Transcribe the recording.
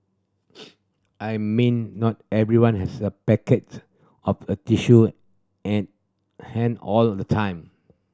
I mean not everyone has a packet of a tissue at hand all of the time